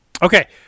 Okay